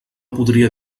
podria